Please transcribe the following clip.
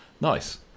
Nice